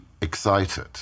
excited